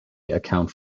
account